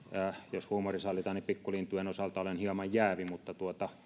jos huumori sallitaan niin pikkulintujen osalta olen hieman jäävi mutta